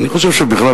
אני חושב שבכלל,